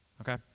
okay